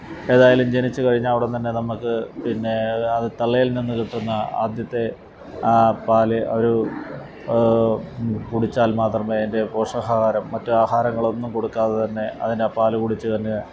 ഏതായാലും ജനിച്ചു കഴിഞ്ഞാൽ ഉടൻ തന്നെ നമ്മൾക്ക് പിന്നേ അത് തള്ളയില്നിന്ന് കിട്ടുന്ന ആദ്യത്തെ ആ പാല് ഒരു കുടിച്ചാല് മാത്രമേ അതിന്റെ പോഷകാഹാരം മറ്റു ആഹാരങ്ങളൊന്നും കൊടുക്കാതെ തന്നെ അതിന് ആ പാല് കുടിച്ചു തന്നെ